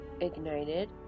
ignited